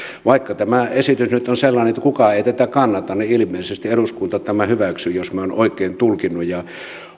vaikka tämä esitys nyt on sellainen että kukaan ei tätä kannata niin ilmeisesti eduskunta tämän hyväksyy jos minä olen oikein tulkinnut ja